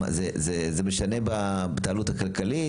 זה משנה בהתנהלות הכלכלית?